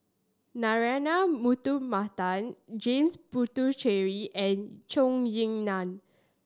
Narana Putumaippittan James Puthucheary and Zhou Ying Nan